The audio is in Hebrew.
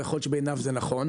ויכול להיות שבעיניו זה נכון,